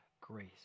grace